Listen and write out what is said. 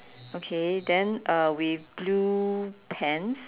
okay then uh with blue pants